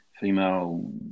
female